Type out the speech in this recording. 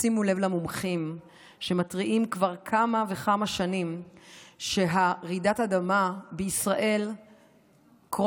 שימו לב למומחים שמתריעים כבר כמה וכמה שנים שרעידת האדמה בישראל תקרה,